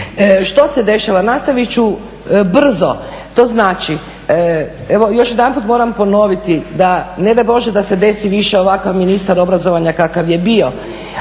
Što se dešava, nastaviti ću brzo, to znači, evo još jedanput moram ponoviti da ne daj Bože da se desi više ovakav ministar obrazovanja kakav je bio.